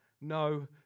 no